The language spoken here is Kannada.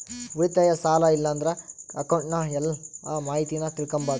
ಉಳಿತಾಯ, ಸಾಲ ಇಲ್ಲಂದ್ರ ಅಕೌಂಟ್ನ ಎಲ್ಲ ಮಾಹಿತೀನ ತಿಳಿಕಂಬಾದು